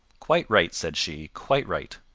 quite right, said she. quite right.